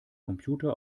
computer